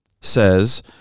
says